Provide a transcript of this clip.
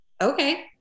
okay